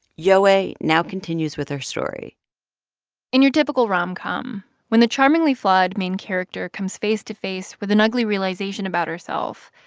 yowei now continues with her story in your typical rom-com, when the charmingly flawed main character comes face to face with an ugly realization about herself,